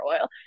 oil